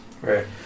Right